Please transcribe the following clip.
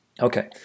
Okay